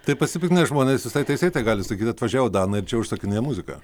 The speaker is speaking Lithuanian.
tai pasipiktinę žmonės visai teisėtai gali sakyti atvažiavo danai ir čia užsakinėja muziką